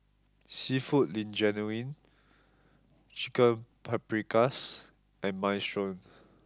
seafood Linguine Chicken Paprikas and Minestrone